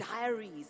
diaries